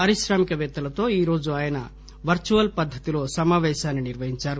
పారిశ్రామిక పేత్తలతో ఈరోజు ఆయన వర్చువల్ పద్దతిలో సమాపేశాన్ని నిర్వహించారు